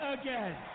again